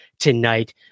Tonight